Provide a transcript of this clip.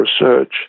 research